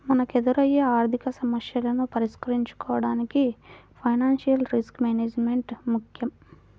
మనకెదురయ్యే ఆర్థికసమస్యలను పరిష్కరించుకోడానికి ఫైనాన్షియల్ రిస్క్ మేనేజ్మెంట్ ముక్కెం